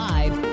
Live